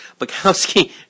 Bukowski